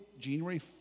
January